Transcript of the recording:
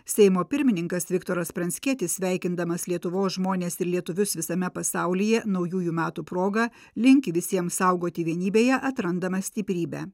seimo pirmininkas viktoras pranckietis sveikindamas lietuvos žmones ir lietuvius visame pasaulyje naujųjų metų proga linki visiems saugoti vienybėje atrandamą stiprybę